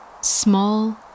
small